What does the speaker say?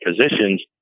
positions